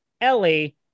Ellie